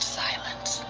silence